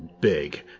big